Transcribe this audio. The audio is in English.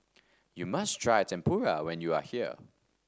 you must try Tempura when you are here